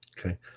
Okay